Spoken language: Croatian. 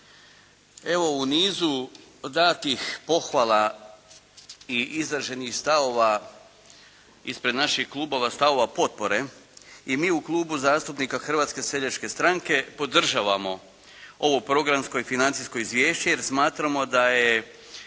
Evo, u nizu datih pohvala i izraženih stavova ispred naših klubova, stavova potpore i mi u Klubu zastupnika Hrvatske seljačke stranke podržavamo ovo programsko i financijsko izvješće jer smatramo da je